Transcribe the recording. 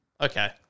okay